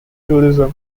tourism